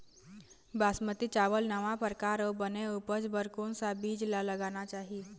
बासमती चावल नावा परकार अऊ बने उपज बर कोन सा बीज ला लगाना चाही?